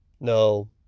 no